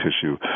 tissue